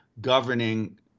governing